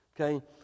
okay